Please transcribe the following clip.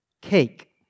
Cake